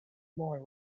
money